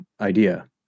idea